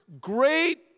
great